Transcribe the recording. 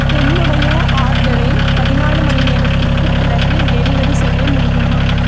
என்னுடைய ஆர்டரை பதினாலு மணி நேரத்துக்குப் பிறகு டெலிவரி செய்ய முடியுமா